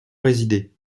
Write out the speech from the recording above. résidé